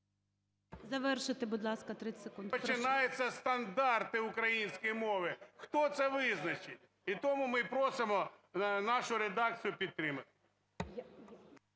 Завершити, будь ласка, 30 секунд. НІМЧЕНКО В.І. …починаються стандарти української мови, хто це визначить? І тому ми просимо нашу редакцію підтримати.